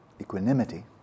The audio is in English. equanimity